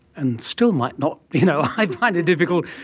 and still might not. you know, i find it difficult,